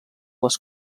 les